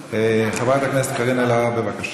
חברת הכנסת קארין אלהרר, בבקשה.